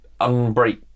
unbreak